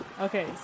Okay